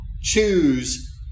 choose